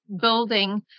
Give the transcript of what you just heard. building